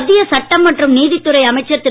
மத்திய சட்டம் மற்றும் நீதித் துறை அமைச்சர் திரு